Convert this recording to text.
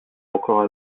encore